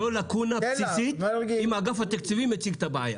זו לקונה בסיסית, אם אגף תקציבים מציג את הבעיה.